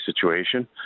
situation